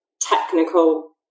technical